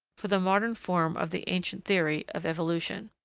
for the modern form of the ancient theory of evolution.